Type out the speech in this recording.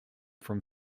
from